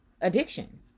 addiction